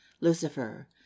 lucifer